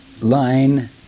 line